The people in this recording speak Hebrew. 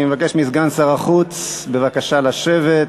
אני מבקש מסגן שר החוץ, בבקשה לשבת.